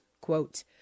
quote